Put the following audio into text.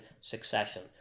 succession